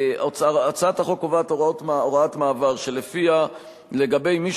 הצעת החוק קובעת הוראת מעבר שלפיה מי